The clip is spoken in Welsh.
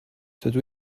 dydw